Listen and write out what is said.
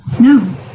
No